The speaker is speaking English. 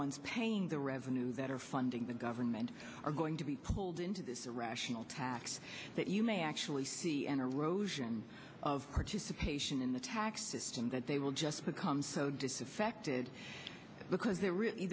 ones paying the revenue that are funding the government are going to be pulled into this irrational tax that you may actually see an erosion of participation in the tax system that they will just become so disaffected because it really